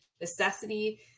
necessity